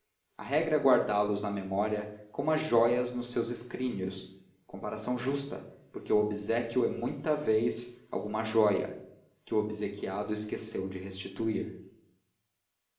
a regra é guardá los na memória como as joias nos seus escrínios comparação justa porque o obséquio é muita vez alguma joia que o obsequiado esqueceu de restituir